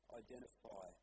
identify